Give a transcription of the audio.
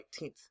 18th